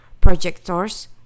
Projectors